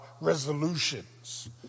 resolutions